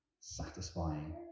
satisfying